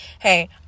hey